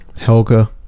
Helga